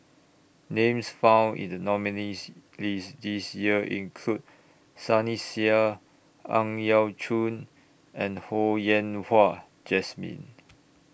Names found in The nominees' list This Year include Sunny Sia Ang Yau Choon and Ho Yen Wah Jesmine